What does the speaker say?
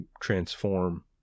transform